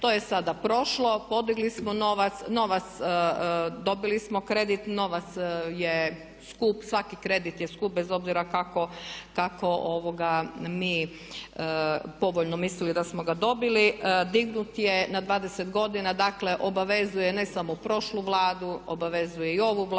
podigli smo novac, dobili smo kredit, novac je skup, svaki kredit je skup bez obzira kako mi povoljno mislili da smo ga dobili, dignut je na 20 godina, dakle obavezuje ne samo prošlu Vladu, obavezuje i ovu Vladu